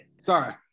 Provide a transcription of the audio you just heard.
Sorry